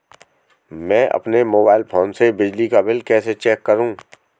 मैं अपने mobile phone से बिजली का बिल कैसे चेक करूं?